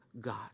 God